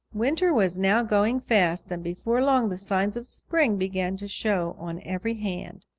winter was now going fast, and before long the signs of spring began to show on every hand.